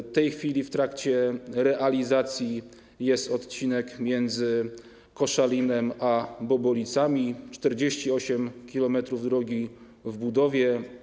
W tej chwili w trakcie realizacji jest odcinek między Koszalinem a Bobolicami - 48 km drogi w budowie.